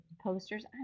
posters